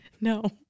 No